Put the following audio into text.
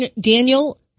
Daniel